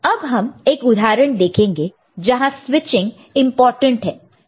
अब हम एक उदाहरण देखेंगे जहां स्विचिंग इंपॉर्टेंट है